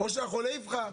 או שהחולה יבחר.